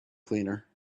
cleaner